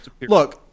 Look